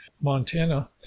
Montana